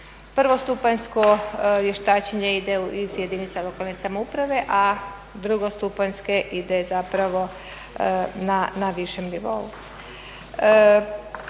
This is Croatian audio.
Prvostupanjsko vještačenje ide iz jedinice lokalne samouprave, a drugostupanjske ide na višem nivou.